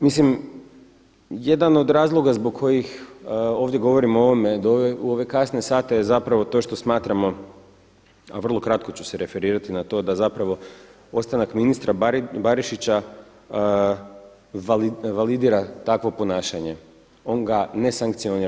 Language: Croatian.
Mislim jedan od razloga zbog kojih ovdje govorim o ovome u ove kasne sate je zapravo to što smatramo, a vrlo kratko ću se referirati na to, da zapravo ostanak ministra Barišića validira takvo ponašanje, on ga ne sankcionira.